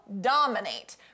dominate